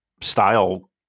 style